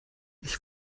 ich